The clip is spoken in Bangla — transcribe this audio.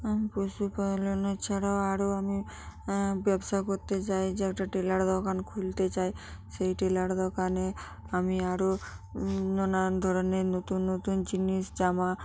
আমি পশুপালন ছাড়াও আরো আমি ব্যবসা করতে চাই যে একটা টেলার দোকান খুলতে চাই সেই টেলার দোকানে আমি আরো নানান ধরনের নতুন নতুন জিনিস জামা